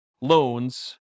loans